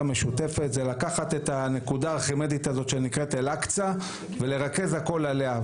משותפת זה לקחת את הנקודה הארכימדית הזאת שנקראת אל-אקצא ולרכז הכל עליה.